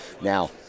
Now